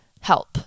help